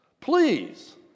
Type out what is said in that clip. please